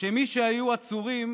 שמי שהיו עצורים